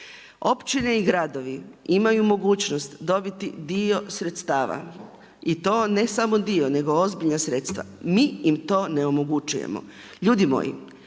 Općine i gradovi imaju mogućnost dobiti dio sredstava i to ne samo dio, nego ozbiljna sredstva. Mi im to ne omogućujemo. Ljudi moji,